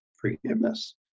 forgiveness